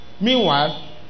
Meanwhile